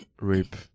rape